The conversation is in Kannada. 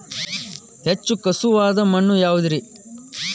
ಹೆಚ್ಚು ಖಸುವಾದ ಮಣ್ಣು ಯಾವುದು ರಿ?